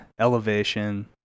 Elevation